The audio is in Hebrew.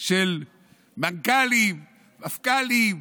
של מנכ"לים, מפכ"לים,